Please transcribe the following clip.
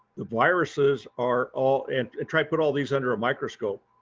the viruses are all and try put all these under a microscope.